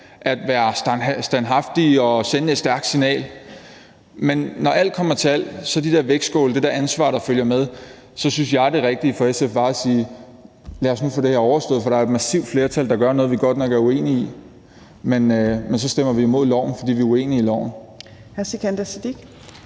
at være standhaftig og sende et stærkt signal. Men når alt kommer til alt – med de der vægtskåle og det ansvar, der følger med – syntes jeg på den anden side, at det rigtige for SF var at sige: Lad os nu få det her overstået, for der er et massivt flertal, der gør noget, vi godt nok er uenige i, men så stemmer vi imod lovforslaget, fordi vi er uenige i